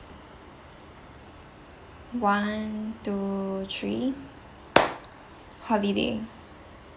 one two three holiday